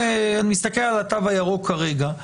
אני מסתכל על התו הירוק כרגע,